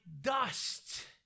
dust